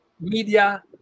Media